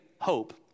hope